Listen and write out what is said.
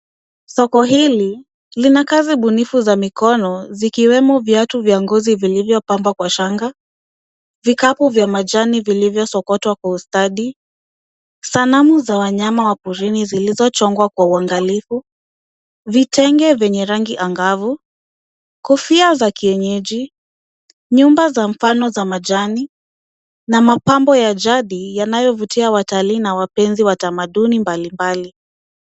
Soko hili lina kazi bunifu za mikono, zikiwemo viatu vya ngozi vilivyopambwa kwa shanga, vikapu vya majani vilivyosokotwa kwa ustadi, sanamu za wanyama wa porini zilizochongwa kwa uangalifu, vitenge vyenye rangi angavu, kofia za kienyeji, nyumba za mfano za majani na mapambo ya jadi yanayovutia watalii na wapenzi wa tamaduni mbalimbali.